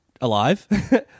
alive